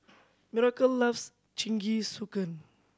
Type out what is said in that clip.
Miracle loves Jingisukan